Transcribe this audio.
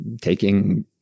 taking